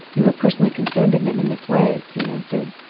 you were personally concerned in them in this way he answered.